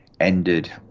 ended